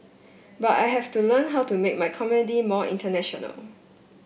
but I have to learn how to make my comedy more international